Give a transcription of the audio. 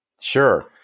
Sure